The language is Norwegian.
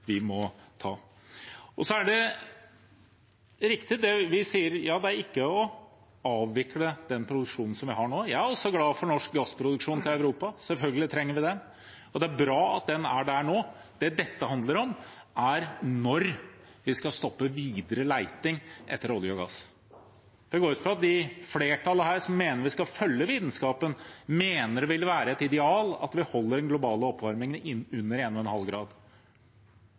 vi må ta. Det er riktig det vi sier: Det er ikke å avvikle den produksjonen vi har nå. Jeg er også glad for norsk gassproduksjon til Europa. Selvfølgelig trenger vi den, og det er bra at den er der nå. Det dette handler om, er når vi skal stoppe videre leting etter olje og gass. Jeg går ut fra at flertallet her som mener vi skal følge vitenskapen, mener det ville være et ideal at vi holder den globale oppvarmingen under